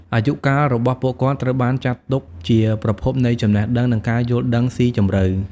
អាយុកាលរបស់ពួកគាត់ត្រូវបានគេចាត់ទុកថាជាប្រភពនៃចំណេះដឹង និងការយល់ដឹងស៊ីជម្រៅ។